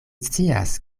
scias